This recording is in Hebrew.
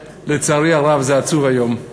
לצערי הרב זה עצוב היום.